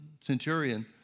centurion